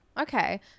Okay